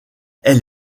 elle